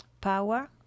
power